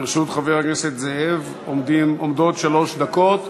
לרשות חבר הכנסת זאב עומדות שלוש דקות.